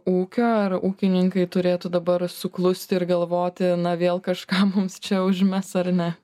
ūkio ar ūkininkai turėtų dabar suklusti ir galvoti na vėl kažką mums čia užmes ar ne